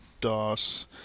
DOS